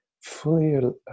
fully